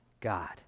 God